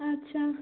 ଆଚ୍ଛା